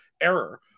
error